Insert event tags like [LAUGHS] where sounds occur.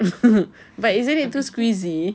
[LAUGHS] but isn't it too squeezy